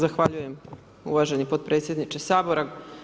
Zahvaljujem uvaženi potpredsjedniče Sabora.